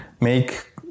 make